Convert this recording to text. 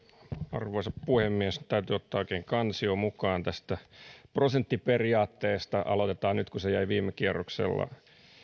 arvoisa puhemies täytyy ottaa oikein kansio mukaan prosenttiperiaatteesta aloitetaan nyt kun se jäi viime kierroksella